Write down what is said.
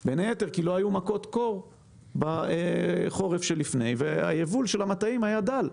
כי לא היו מכות קור בחורף שלפניו והיבול של המטעים היה דל.